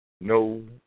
No